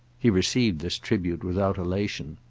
he received this tribute without elation.